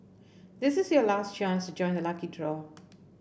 this is your last chance to join the lucky draw